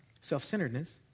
self-centeredness